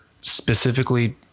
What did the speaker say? specifically